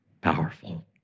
Powerful